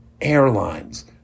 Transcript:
Airlines